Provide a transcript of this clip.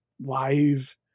live